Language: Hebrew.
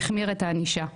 הוא החמיר את הענישה".